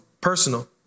personal